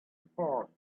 port